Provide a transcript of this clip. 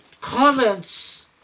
comments